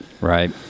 Right